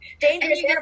Dangerous